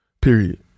period